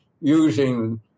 using